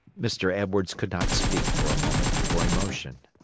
mr. edwards could not speak for a moment for emotion.